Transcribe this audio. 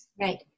Right